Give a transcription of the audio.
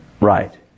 Right